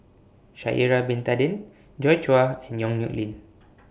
Sha'Ari Bin Tadin Joi Chua and Yong Nyuk Lin